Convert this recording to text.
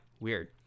weird